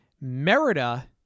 Merida